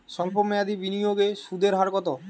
সল্প মেয়াদি বিনিয়োগে সুদের হার কত?